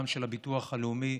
של גם הביטוח הלאומי,